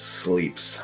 sleeps